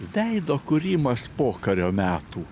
veido kūrimas pokario metų